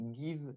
give